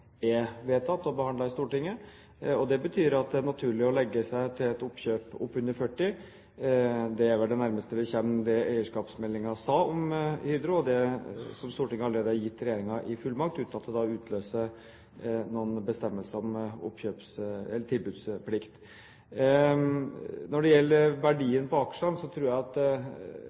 og behandlet i Stortinget. Det betyr at det er naturlig å legge seg til et oppkjøp oppunder 40 pst. Det er vel det nærmeste vi kommer det eierskapsmeldingen sa om Hydro, og det Stortinget allerede har gitt regjeringen i fullmakt, uten at det utløser noen bestemmelser om tilbudsplikt. Når det gjelder verdien på aksjene, tror jeg at